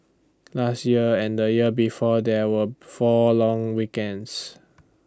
last year and the year before there were four long weekends